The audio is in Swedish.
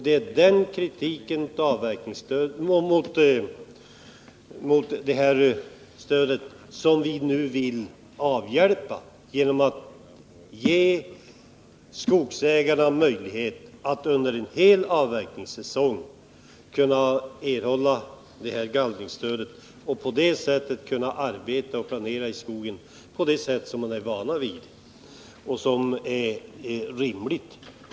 Det är detta vi nu vill ändra genom att ge skogsägarna möjlighet att erhålla gallringsstöd under en hel avverkningssäsong för att kunna planera arbetet i skogen på det sätt man varit van vid och som är rimligt.